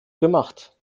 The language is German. gemacht